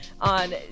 On